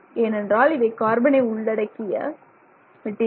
ஏனென்றால் இவை கார்பனை உள்ளடக்கிய மெட்டீரியல்